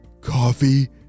coffee